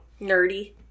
nerdy